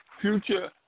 future